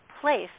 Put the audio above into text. place